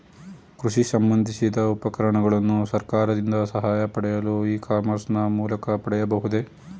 ಕೃಷಿ ಸಂಬಂದಿಸಿದ ಉಪಕರಣಗಳನ್ನು ಸರ್ಕಾರದಿಂದ ಸಹಾಯ ಪಡೆಯಲು ಇ ಕಾಮರ್ಸ್ ನ ಮೂಲಕ ಪಡೆಯಬಹುದೇ?